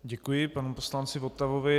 Děkuji panu poslanci Votavovi.